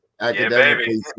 academically